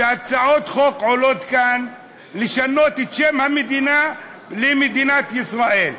שהצעות חוק עולות כאן לשנות את שם המדינה ל"מדינת ישראל".